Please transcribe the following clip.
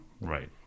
Right